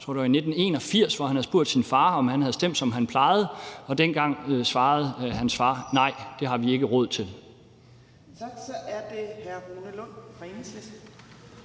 jeg det var, hvor han havde spurgt sin far, om han havde stemt, som han plejede, og dengang svarede hans far: Nej, det har vi ikke råd til.